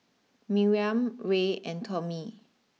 Miriam Ray and Tommie